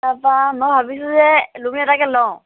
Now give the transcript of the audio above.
তাৰপৰা মই ভাবিছোঁ যে লোণ এটাকে লওঁ